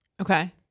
Okay